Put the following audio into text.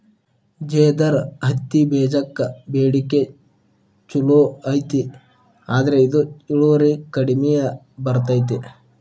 ಜೇದರ್ ಹತ್ತಿಬೇಜಕ್ಕ ಬೇಡಿಕೆ ಚುಲೋ ಐತಿ ಆದ್ರ ಇದು ಇಳುವರಿ ಕಡಿಮೆ ಬರ್ತೈತಿ